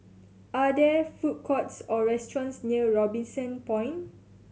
are there food courts or restaurants near Robinson Point